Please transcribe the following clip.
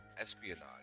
Espionage